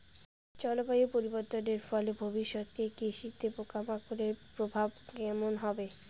জলবায়ু পরিবর্তনের ফলে ভবিষ্যতে কৃষিতে পোকামাকড়ের প্রভাব কেমন হবে?